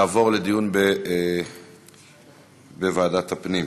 לדיון בוועדת הפנים.